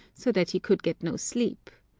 so that he could get no sleep.